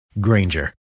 Granger